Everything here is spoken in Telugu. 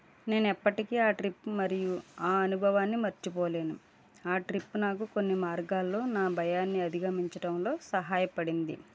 నేను ఎప్పటికి ఆ ట్రిప్ మరియు ఆ అనుభవాన్ని మర్చిపోలేను ఆ ట్రిప్ నాకు కొన్ని మార్గాలలో నా భయాన్ని అధిగమించడంలో సహాయపడింది